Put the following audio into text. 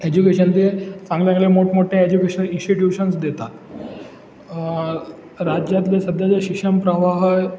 education ते चांगल्या चांगल्या मोठमोठ्या एज्युकेशनल इन्स्टिट्यूशन्स देतात राज्यातले सध्याचे शिक्षण प्रवाह